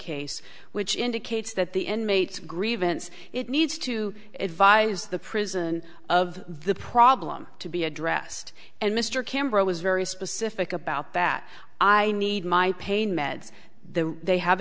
case which indicates that the inmates grievance it needs to advise the prison of the problem to be addressed and mr campbell was very specific about that i need my pain meds the they have